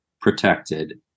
protected